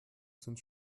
sind